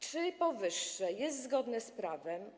Czy powyższe jest zgodne z prawem?